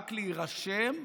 רק להירשם,